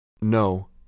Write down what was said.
No